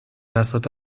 بساط